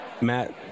Matt